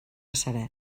serè